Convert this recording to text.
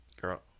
girl